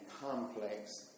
complex